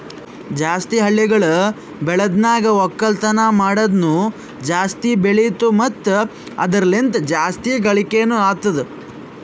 ಜಾಸ್ತಿ ಹಳ್ಳಿಗೊಳ್ ಬೆಳ್ದನ್ಗ ಒಕ್ಕಲ್ತನ ಮಾಡದ್ನು ಜಾಸ್ತಿ ಬೆಳಿತು ಮತ್ತ ಅದುರ ಲಿಂತ್ ಜಾಸ್ತಿ ಗಳಿಕೇನೊ ಅತ್ತುದ್